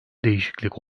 değişiklik